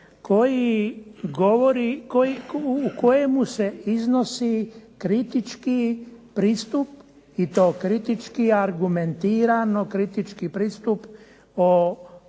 u kojemu se iznosi kritički pristup i to kritički argumentirano, kritički pristup o